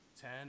Ten